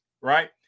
right